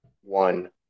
One